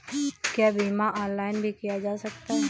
क्या बीमा ऑनलाइन भी किया जा सकता है?